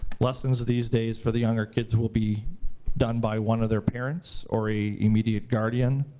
lessons these days for the younger kids will be done by one of their parents, or a immediate guardian.